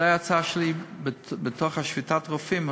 זו הייתה ההצעה שלי בתוך שביתת רופאים,